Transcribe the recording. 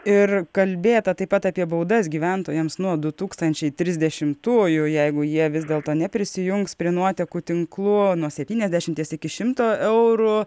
ir kalbėta taip pat apie baudas gyventojams nuo du tūkstančiai trisdešimųjų jeigu jie vis dėlto neprisijungs prie nuotekų tinklų nuo septyniasdešimies iki šimto eurų